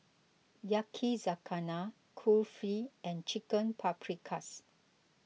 Yakizakana Kulfi and Chicken Paprikas